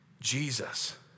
Jesus